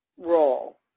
role